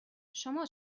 شما